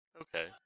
Okay